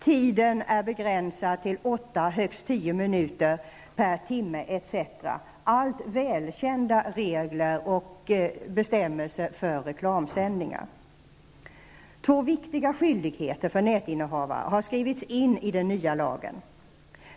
Tiden är begränsad till åtta, högst tio minuter per timme, etc. Allt detta är välkända regler och bestämmelser för reklamsändningar. Två viktiga skyldigheter för nätinnehavare har skrivits in i den nya lagen.